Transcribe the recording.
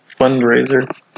fundraiser